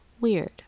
weird